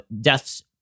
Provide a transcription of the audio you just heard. deaths